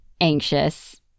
anxious